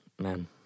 man